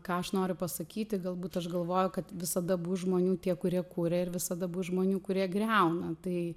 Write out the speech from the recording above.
ką aš noriu pasakyti galbūt aš galvoju kad visada bus žmonių tie kurie kuria ir visada bus žmonių kurie griauna tai